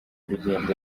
urugendo